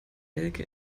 elke